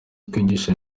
kwigisha